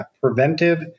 preventive